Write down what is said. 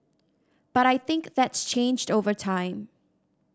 but I think that's changed over time